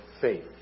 faith